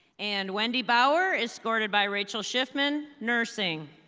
and wendy bower, escorted by rachel schiffman, nursing.